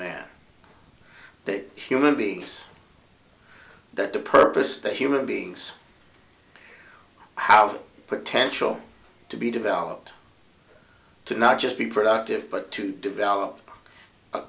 man that human beings that the purpose of human beings have potential to be developed to not just be productive but to develop a